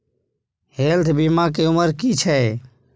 Health बीमा के उमर की छै?